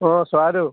অঁ চৰাইদেউ